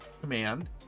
command